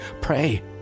pray